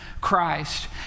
Christ